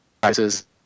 prices